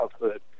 childhood